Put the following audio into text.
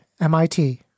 MIT